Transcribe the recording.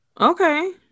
okay